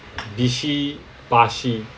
bishi bashi